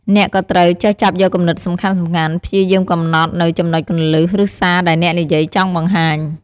អ្នកក៍ត្រូវ ចេះចាប់យកគំនិតសំខាន់ៗ ព្យាយាមកំណត់នូវចំណុចគន្លឹះ ឬសារដែលអ្នកនិយាយចង់បង្ហាញ។